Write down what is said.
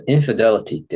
Infidelity